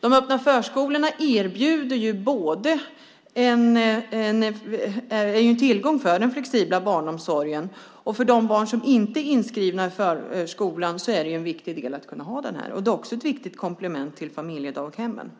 De öppna förskolorna är en tillgång för den flexibla barnomsorgen, och för de barn som inte är inskrivna i förskolan är det viktigt att ha den här möjligheten. Detta är också ett viktigt komplement till familjedaghemmen.